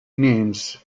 names